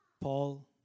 Paul